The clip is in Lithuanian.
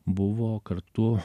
buvo kartu